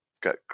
got